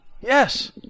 Yes